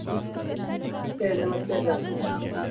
नमस्ते नमस्ते सर